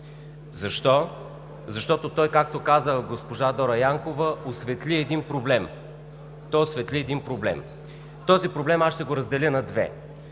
Защо? Защото той, както каза госпожа Дора Янкова, осветли един проблем. Този проблем аз ще го разделя на две.